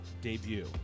debut